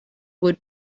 would